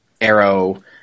Arrow